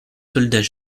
soldats